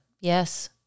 yes